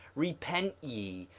repent ye,